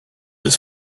his